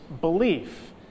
belief